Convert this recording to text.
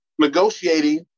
negotiating